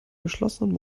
geschlossenen